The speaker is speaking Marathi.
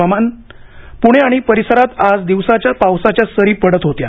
हवामान पुणे आणि परिसरात आज दिवसाच्या पावसाच्या सरी पडत होत्या